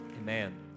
Amen